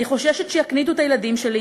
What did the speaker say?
אני חוששת שיקניטו את הילדים שלי.